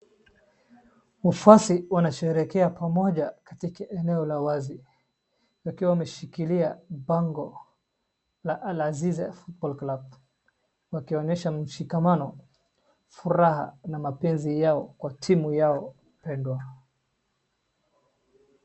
Wafuasi wanasherehekea pamoja katika eneo la wazi wakiwa wameshikilia bango la Al-ziza football club wakionyesha mshikamano, furaha na mapenzi yao kwa timu yao pendwa.